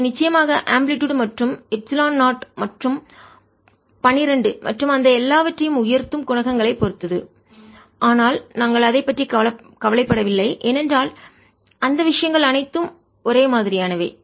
இது நிச்சயமாக ஆம்பிளிடுயுட் அலைவீச்சு மற்றும் எப்சிலன் 0 மற்றும் 12 மற்றும் அந்த எல்லாவற்றையும் உயர்த்தும் குணகங்களைப் பொறுத்தது ஆனால் நாங்கள் அதைப் பற்றி கவலைப்படவில்லை ஏனென்றால் அந்த விஷயங்கள் அனைத்தும் ஒரே மாதிரியானவை